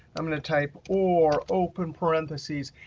i'm going to type or open parentheses,